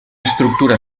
estructura